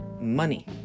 money